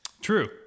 True